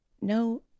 No